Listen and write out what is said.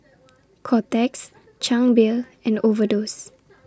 Kotex Chang Beer and Overdose